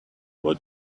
what